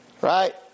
right